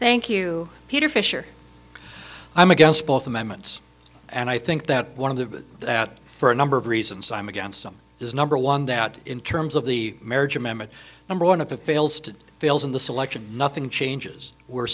thank you peter fisher i'm against both amendments and i think that one of the that for a number of reasons i'm against them is number one that in terms of the marriage amendment number one of the fails to fails in the selection nothing changes we're